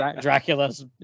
Dracula's